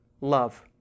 love